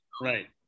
Right